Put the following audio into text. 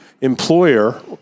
employer